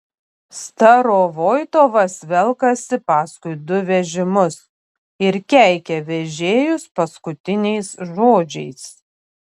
starovoitovas velkasi paskui du vežimus ir keikia vežėjus paskutiniais žodžiais